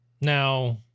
Now